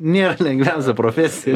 nėra lengviausia profesija